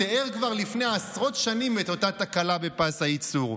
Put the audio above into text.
תיאר כבר לפני עשרות שנים את אותה תקלה בפס הייצור.